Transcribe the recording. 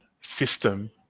system